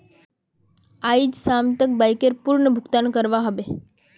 आइज शाम तक बाइकर पूर्ण भुक्तान करवा ह बे